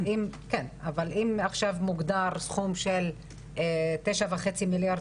אבל אם עכשיו מוגדר סכום של 9.5 מיליארד